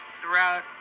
throughout